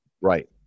Right